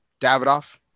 Davidoff